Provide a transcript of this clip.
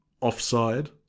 offside